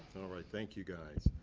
all right, thank you guys.